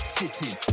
sitting